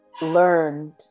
learned